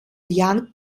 jan